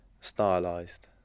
stylized